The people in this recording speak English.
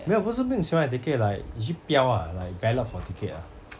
没有不是病喜欢买 ticket like 你去表啊 like ballot for ticket ah